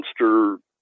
monster